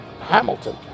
Hamilton